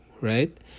Right